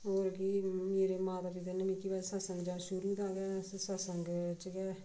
होर कि मेरे माता पिता ने मिगी भई सत्संग दा शुरू दा गै अस सत्संग च गै